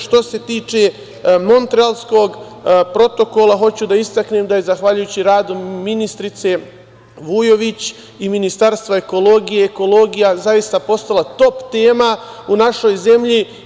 Što se tiče Montrealskog protokola, hoću da istaknem da je zahvaljujući radu ministrice Vujović i Ministarstva ekologije, ekologija zaista postala top tema u našoj zemlji.